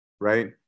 Right